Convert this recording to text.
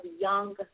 young